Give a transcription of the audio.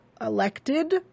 elected